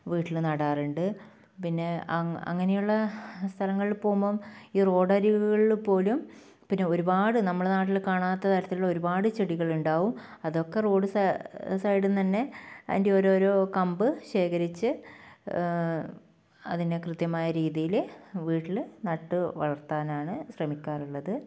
വീട്ടിൽ നടാറുണ്ട് പിന്നെ അങ്ങനെയുള്ള സ്ഥലങ്ങളിൽ പോകുമ്പോൾ ഈ റോഡരികുകളിൽ പോലും പിന്നെ ഒരുപാട് നമ്മുടെ നാട്ടിൽ കാണാത്ത തരത്തിലുള്ള ഒരുപാട് ചെടികൾ ഉണ്ടാവും അതൊക്കെ റോഡ് സൈഡിൽ നിന്ന് തന്നെ അതിൻ്റെ ഓരോരോ കമ്പ് ശേഖരിച്ച് അതിനെ കൃത്യമായ രീതിയിൽ വീട്ടിൽ നട്ടു വളർത്താനാണ് ശ്രമിക്കാറുള്ളത്